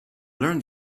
learn